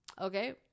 Okay